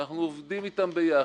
שאנחנו עובדים איתם ביחד,